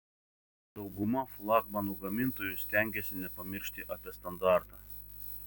dauguma flagmanų gamintojų stengiasi nepamiršti apie standartą